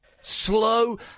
Slow